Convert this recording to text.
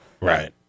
Right